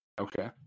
Okay